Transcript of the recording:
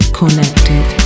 connected